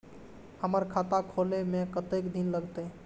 हमर खाता खोले में कतेक दिन लगते?